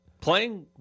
playing